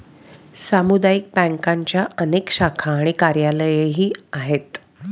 सामुदायिक बँकांच्या अनेक शाखा आणि कार्यालयेही आहेत